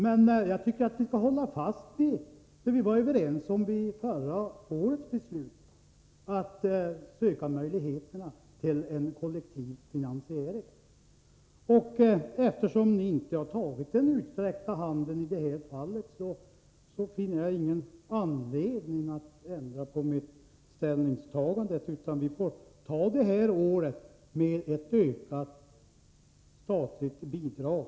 Men jag tycker att vi skall hålla fast vid det som vi var ense om vid förra årets beslut, nämligen att söka möjligheter till en kollektiv finansiering. Eftersom ni inte har tagit den utsträckta handen i detta fall finner jag ingen anledning att ändra på mitt ställningstagande, utan vi får ta det här året med ett ökat statligt bidrag.